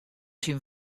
syn